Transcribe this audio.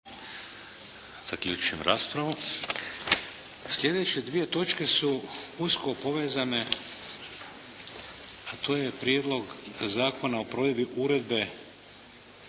**Šeks, Vladimir (HDZ)** Sljedeće dvije točke su usko povezane, a to je Prijedlog zakona o provedbi Uredbe